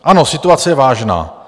Ano, situace je vážná.